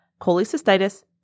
cholecystitis